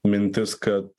mintis kad